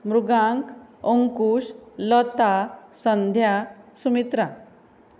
Mrigank Ankush Lata Sandhya Sumitra